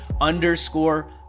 underscore